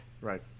Right